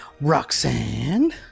Roxanne